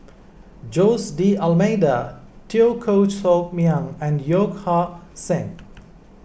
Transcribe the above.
Jose D Almeida Teo Koh Sock Miang and Yeo Ah Seng